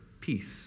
peace